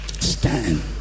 stand